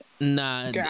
Nah